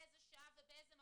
באיזו שעה ובאיזה מקום,